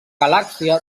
galàxia